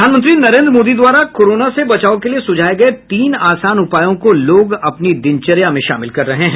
प्रधानमंत्री नरेन्द्र मोदी द्वारा कोरोना से बचाव के लिए सुझाये गये तीन आसान उपायों को लोग अपनी दिनचर्या में शामिल कर रहे हैं